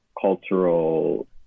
cultural